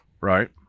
right